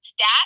stats